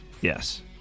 Yes